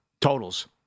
totals